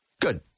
Good